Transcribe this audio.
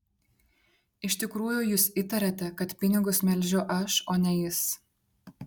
iš tikrųjų jūs įtariate kad pinigus melžiu aš o ne jis